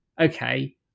okay